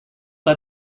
led